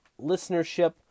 listenership